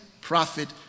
prophet